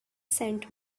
sent